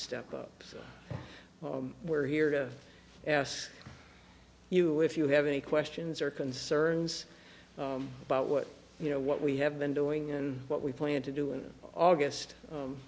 step up so we're here to ask you if you have any questions or concerns about what you know what we have been doing and what we plan to do in august